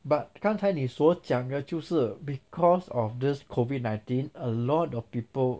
but 刚才你所讲的就是 because of this COVID nineteen a lot of people